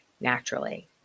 naturally